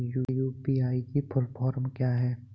UPI की full form क्या है?